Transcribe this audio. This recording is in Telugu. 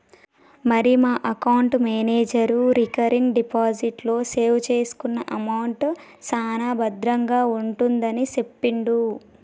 మరి మా బ్యాంకు మేనేజరు రికరింగ్ డిపాజిట్ లో సేవ్ చేసుకున్న అమౌంట్ సాన భద్రంగా ఉంటుందని సెప్పిండు